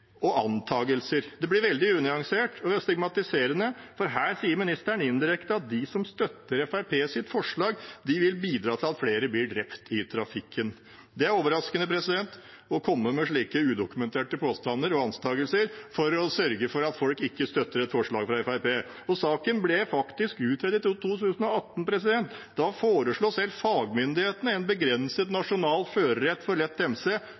og antakelser. Det blir veldig unyansert og stigmatiserende. For her sier ministeren indirekte at de som støtter Fremskrittspartiets forslag, vil bidra til at flere blir drept i trafikken. Det er overraskende å komme med slike udokumenterte påstander og antakelser for å sørge for at folk ikke støtter et forslag fra Fremskrittspartiet. Saken ble faktisk utredet i 2018. Da foreslo selv fagmyndighetene en begrenset nasjonal førerrett for lett